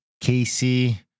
Casey